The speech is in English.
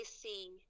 see